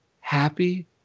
happy